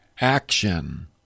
action